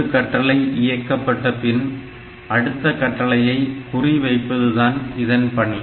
ஒரு கட்டளை இயக்கப்பட்ட பின் அடுத்த கட்டளையை குறிவைப்பதுதான் இதன் பணி